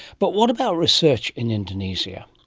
but what about research in indonesia?